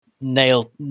Nailed